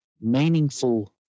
meaningful